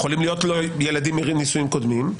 יכולים להיות לו ילדים מנישואים קודמים,